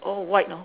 all white know